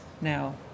now